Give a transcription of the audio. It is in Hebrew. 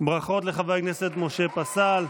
ברכות לחבר הכנסת משה פסל.